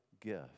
gift